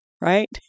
right